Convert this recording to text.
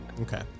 okay